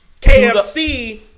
KFC